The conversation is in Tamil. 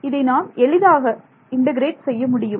இதை நாம் எளிதாக இந்த இன்டெகிரேட் செய்ய முடியும்